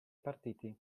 partiti